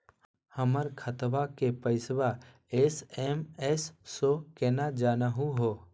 हमर खतवा के पैसवा एस.एम.एस स केना जानहु हो?